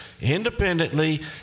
independently